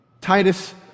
Titus